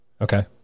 Okay